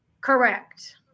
Correct